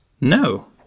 no